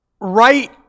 right